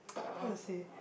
how to say